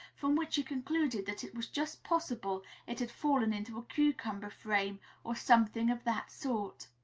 from which she concluded that it was just possible it had fallen into a cucumber-frame or something of that sort.